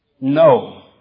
No